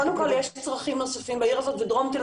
קודם כול יש צרכים נוספים בעיר הזאת ודרום תל